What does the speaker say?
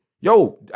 Yo